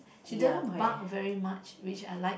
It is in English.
she doesn't bark very much which unlike